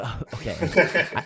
okay